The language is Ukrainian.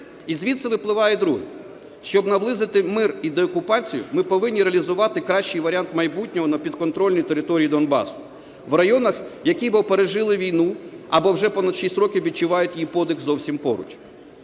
І звідси випливає друге. Щоб наблизити мир і деокупацію, ми повинні реалізувати кращий варіант майбутнього на підконтрольній території Донбасу, в районах, в яких ми пережили війну або вже понад 6 років відчувають її подих зовсім поруч.